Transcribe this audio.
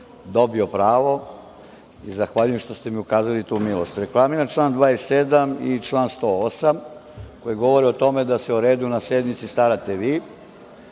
dobio pravo i zahvaljujem što ste mi ukazali tu milost. Reklamiram član 27. i član 108. koji govori o tome da se o redu na sednici starate vi.